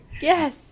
Yes